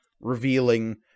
Revealing